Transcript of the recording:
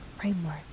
framework